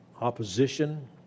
opposition